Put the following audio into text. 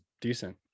decent